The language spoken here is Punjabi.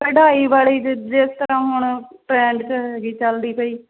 ਕਢਾਈ ਵਾਲੀ ਜਿ ਜਿਸ ਤਰ੍ਹਾਂ ਹੁਣ 'ਚ ਹੈਗੀ ਚਲਦੀ ਪਈ